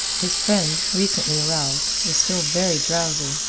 his friend, recently aroused, was still very drowsy.